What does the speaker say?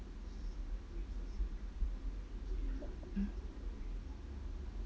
mm